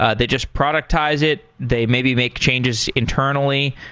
ah they just productize it. they maybe make changes internally,